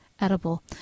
edible